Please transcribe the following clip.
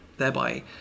thereby